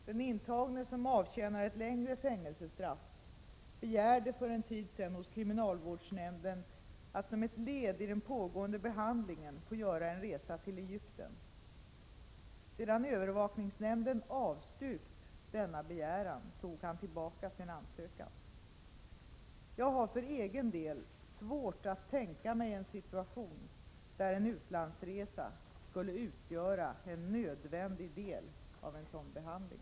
Den intagne, som avtjänar ett längre fängelsestraff, begärde för en tid sedan hos kriminalvårdsnämnden att som ett led i den pågående behandlingen få göra en resa till Egypten. Sedan övervakningsnämnden avstyrkt denna begäran tog han tillbaka sin ansökan. Jag har för egen del svårt att tänka mig en situation där en utlandsresa skulle utgöra en nödvändig del av en sådan behandling.